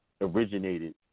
originated